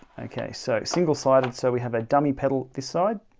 okay, so single sided so we have a dummy pedal this side